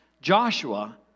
Joshua